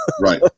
Right